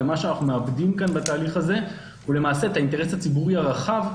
ומה שאנחנו מאבדים בזה זה את האינטרס הציבורי הרחב.